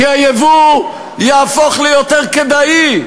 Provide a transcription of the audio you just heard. כי הייבוא יהפוך ליותר כדאי,